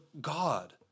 God